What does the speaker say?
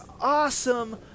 awesome